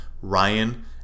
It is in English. Ryan